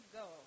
go